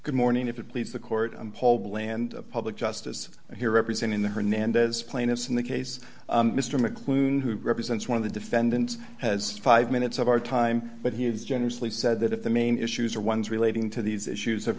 good morning if it please the court paul bland public justice here representing the hernandez plaintiffs in the case mr mcluhan who represents one of the defendants has five minutes of our time but he has generously said that if the main issues are ones relating to these issues of